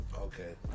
Okay